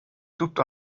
tutta